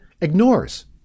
ignores